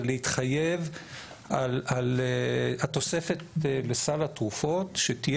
זה להתחייב על התוספת לסל התרופות שתהיה